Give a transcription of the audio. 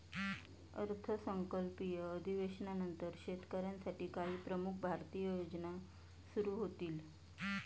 अर्थसंकल्पीय अधिवेशनानंतर शेतकऱ्यांसाठी काही प्रमुख भारतीय योजना सुरू होतील